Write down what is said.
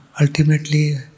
ultimately